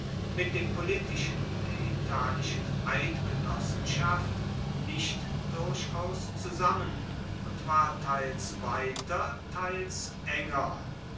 mit dem politischen der italischen eidgenossenschaft nicht durchaus zusammen und war teils weiter teils enger